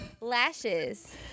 Lashes